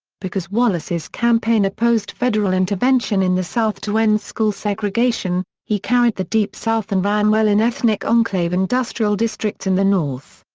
because wallace's campaign opposed federal intervention in the south to end school segregation, he carried the deep south and ran well in ethnic enclave industrial districts in the north.